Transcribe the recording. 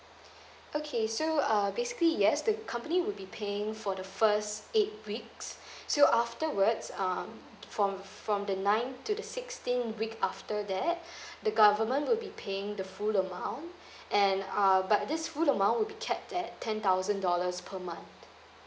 okay so uh basically yes the company would be paying for the first eight weeks so afterwards um from from the nine to the sixteen week after that the government will be paying the full amount and uh but this full amount will be capped at ten thousand dollars per month